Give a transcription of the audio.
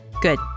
Good